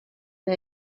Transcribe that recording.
que